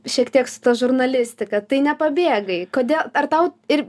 šiek tiek su ta žurnalistika tai nepabėgai kodėl ar tau ir